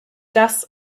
das